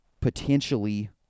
potentially